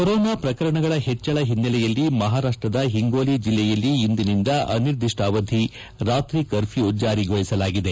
corona ಪ್ರಕರಣಗಳ ಹೆಚ್ಚಳ ಹಿನ್ನೆಲೆಯಲ್ಲಿ ಮಹಾರಾಷ್ಟದ ಹಿಂಗೋಲಿ ಜಿಲ್ಲೆಯಲ್ಲಿ ಇಂದಿನಿಂದ ಅನಿರ್ದಿಷ್ಟಾವಧಿ ರಾತ್ರಿ ಕರ್ಫ್ಯೂ ಜಾರಿಗೊಳಿಸಲಾಗಿದೆ